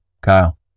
Kyle